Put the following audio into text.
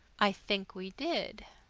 i think we did,